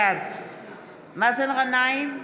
בעד מאזן גנאים,